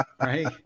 right